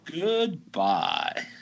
Goodbye